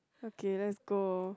okay let's go